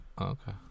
Okay